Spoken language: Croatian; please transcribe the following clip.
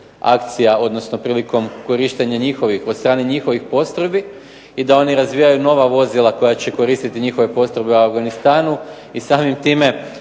akcija, odnosno prilikom korištenja njihovih, od strane njihovih postrojbi i da oni razvijaju nova vozila koja će koristiti njihove postrojbe u Afganistanu i samim time